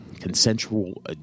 consensual